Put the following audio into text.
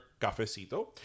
cafecito